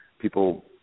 people